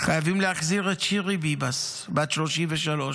חייבים להחזיר את שירי ביבס, בת 33,